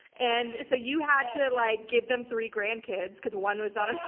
and so you had to, like, give them three grandkids, because one was not